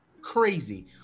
crazy